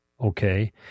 okay